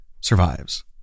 survives